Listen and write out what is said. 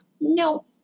no